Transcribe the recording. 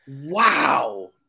Wow